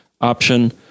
option